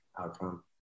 outcome